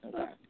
Okay